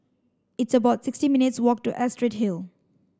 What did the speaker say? it's about sixty minutes' walk to Astrid Hill